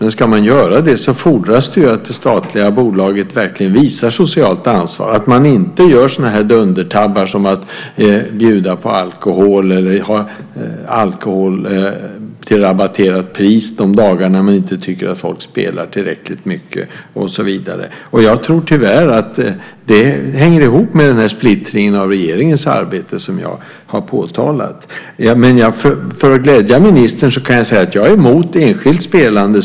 Men då fordras det att det statliga bolaget verkligen visar socialt ansvar och inte gör dundertabbar som att bjuda på alkohol eller ha alkohol till rabatterat pris dagar man inte tycker att folk spelar tillräckligt mycket och så vidare. Jag tror tyvärr att detta hänger ihop med den splittring i regeringens arbete som jag har påtalat. För att glädja ministern kan jag säga att jag är mot enskilt spelande.